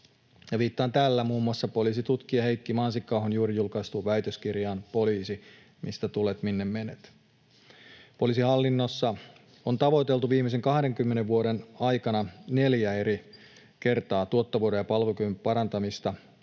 viittaan tällä muun muassa poliisitutkija Heikki Mansikka-ahon juuri julkaistuun väitöskirjaan ”Poliisi, mistä tulet, minne menet?”. Poliisihallinnossa on tavoiteltu viimeisen 20 vuoden aikana neljä eri kertaa tuottavuuden ja palvelukyvyn parantamista